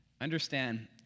Understand